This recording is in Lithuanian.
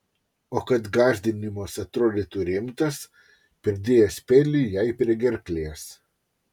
o kad gąsdinimas atrodytų rimtas pridėjęs peilį jai prie gerklės